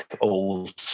old